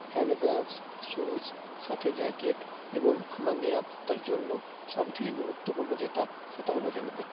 hand gloves shoes সাথে jacket এবং আমার নিরাপত্তার জন্য সবথেকে গুরুত্বপূর্ণ যেটা সেটা হলো হেলমেট